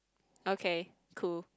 okay cool